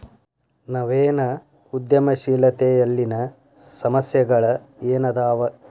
ನವೇನ ಉದ್ಯಮಶೇಲತೆಯಲ್ಲಿನ ಸಮಸ್ಯೆಗಳ ಏನದಾವ